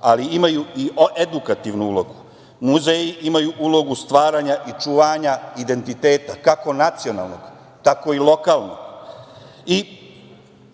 ali imaju i edukativnu ulogu. Muzeji imaju ulogu stvaranja i čuvanja identiteta, kako nacionalnog, tako i lokalnog.